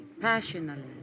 passionately